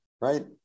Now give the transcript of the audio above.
right